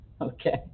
Okay